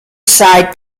side